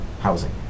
housing